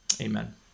Amen